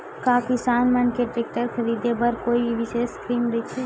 का किसान मन के टेक्टर ख़रीदे बर कोई विशेष स्कीम हे?